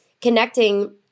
connecting